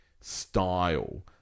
style